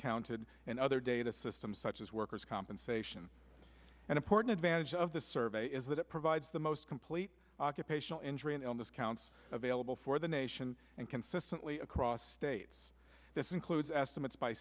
counted and other data systems such as workers compensation and important advantage of the survey is that it provides the most complete occupational injury and illness counts available for the nation and consistently across states this includes estimates by